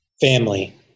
family